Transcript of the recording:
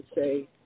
say